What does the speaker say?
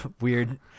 weird